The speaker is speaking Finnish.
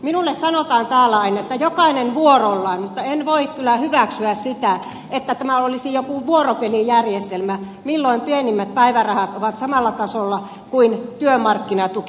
minulle sanotaan täällä aina että jokainen vuorollaan mutta en voi kyllä hyväksyä sitä että tämä olisi joku vuoropelijärjestelmä milloin pienimmät päivärahat ovat samalla tasolla kuin työmarkkinatuki